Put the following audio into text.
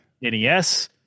NES